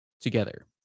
together